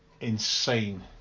insane